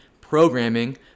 programming